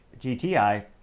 GTI